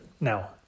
Now